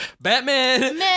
Batman